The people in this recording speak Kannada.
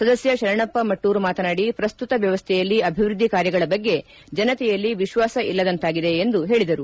ಸದಸ್ಯ ಶರಣಪ್ಪ ಮಟ್ಟೂರ್ ಮಾತನಾಡಿ ಪ್ರಸ್ತುತ ವ್ಯವಸ್ಥೆಯಲ್ಲಿ ಅಭಿವೃದ್ದಿ ಕಾರ್ಯಗಳ ಬಗ್ಗೆ ಜನತೆಯಲ್ಲಿ ವಿಶ್ವಾಸ ಇಲ್ಲದಂತಾಗಿದೆ ಎಂದು ಹೇಳಿದರು